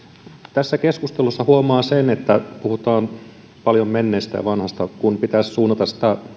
tässä keskustelussa huomaa sen että puhutaan paljon menneestä ja vanhasta kun pitäisi suunnata